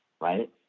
right